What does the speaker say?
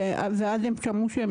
ואז כשהם שמעו שהם